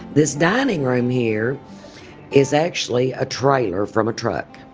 this dining room here is actually a trailer from a truck.